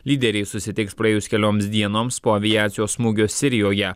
lyderiai susitiks praėjus kelioms dienoms po aviacijos smūgio sirijoje